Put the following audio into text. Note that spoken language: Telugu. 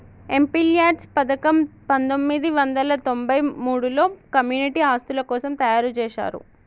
ఎంపీల్యాడ్స్ పథకం పందొమ్మిది వందల తొంబై మూడులో కమ్యూనిటీ ఆస్తుల కోసం తయ్యారుజేశారు